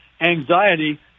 anxiety